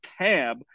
tab